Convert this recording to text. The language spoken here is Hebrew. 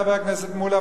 חבר הכנסת מולה,